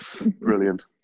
Brilliant